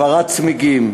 הבערת צמיגים,